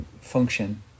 function